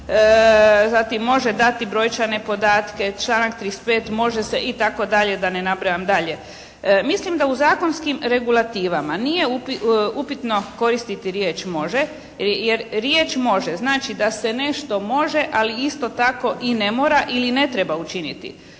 zatim može dati brojčane podatke, članak 35. može se itd., da ne nabrajam dalje. Mislim da u zakonskim regulativama nije upitno koristiti riječ može jer riječ može znači da se nešto može ali isto tako i ne mora ili ne treba učiniti.